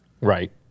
Right